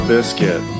Biscuit